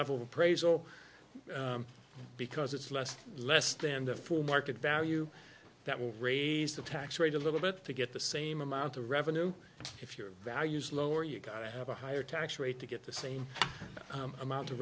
level praise all because it's less and less stand up for market value that will raise the tax rate a little bit to get the same amount of revenue if your values lower you've got to have a higher tax rate to get the same amount of